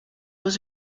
was